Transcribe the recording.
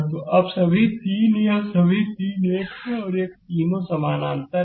तो अब सभी 3 यह सब 3 यह एक यह एक यह एक तीनों समानांतर हैं